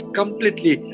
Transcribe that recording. completely